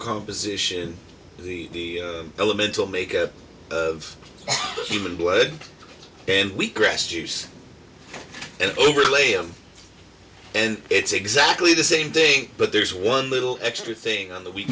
composition of the elemental make a human blood and wheat grass juice and overlay of and it's exactly the same thing but there's one little extra thing on the we